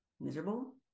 miserable